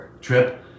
trip